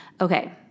Okay